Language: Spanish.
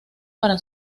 para